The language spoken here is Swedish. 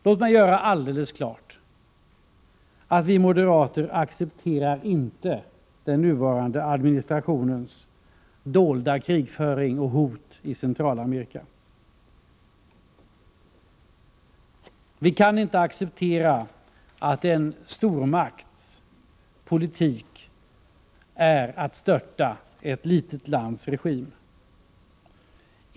Låt mig emellertid göra alldeles klart att vi moderater inte accepterar den nuvarande administrationens dolda krigföring och hot i Centralamerika. Vi kan inte acceptera att en stormakts politik är att störta ett litet lands regim.